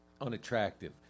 unattractive